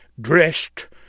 dressed